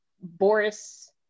Boris